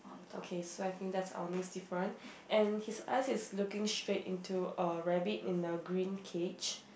okay so I think that's our next different and his eyes is looking straight into a rabbit in the green cage